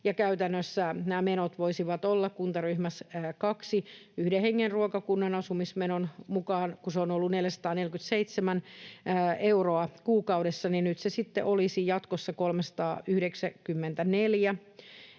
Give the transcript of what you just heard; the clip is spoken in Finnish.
käytännössä se voisi olla II kuntaryhmässä yhden hengen ruokakunnan asumismenon mukaan sellainen, että kun se on ollut 447 euroa kuukaudessa, niin nyt se sitten olisi jatkossa 394,